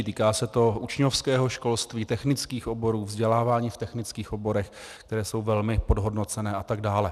Týká se to učňovského školství, technických oborů, vzdělávání v technických oborech, které jsou velmi podhodnocené, atd.